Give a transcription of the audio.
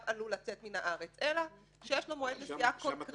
עלול לצאת מן הארץ" אלא שיש לו מועד מסוים קונקרטי